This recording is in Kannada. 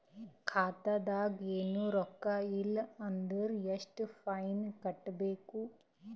ಖಾತಾದಾಗ ಏನು ರೊಕ್ಕ ಇಲ್ಲ ಅಂದರ ಎಷ್ಟ ಫೈನ್ ಕಟ್ಟಬೇಕು?